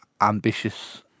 ambitious